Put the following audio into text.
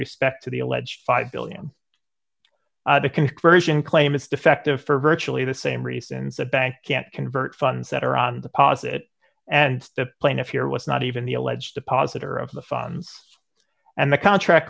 respect to the alleged five billion the conversion claim is defective for virtually the same reasons a bank can't convert funds that are on the posit and the plaintiff here was not even the alleged depositor of the phones and the contract